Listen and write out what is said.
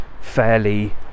fairly